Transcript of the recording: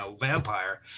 vampire